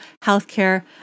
healthcare